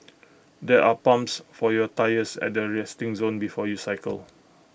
there are pumps for your tyres at the resting zone before you cycle